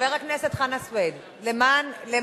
חבר הכנסת חנא סוייד, רק